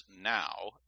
now